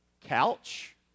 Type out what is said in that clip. couch